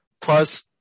plus